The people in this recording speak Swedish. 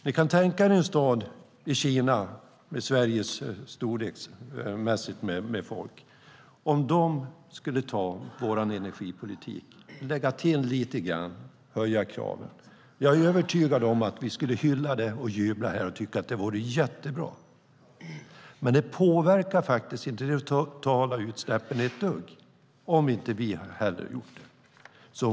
Tänk er att en stad i Kina med en befolkning motsvarande Sveriges skulle anamma vår energipolitik, lägga till lite och höja kraven. Jag är övertygad om att vi skulle hylla det, jubla och tycka att det var jättebra. Men det påverkar inte de totala utsläppen ett dugg om inte vi heller gjort det.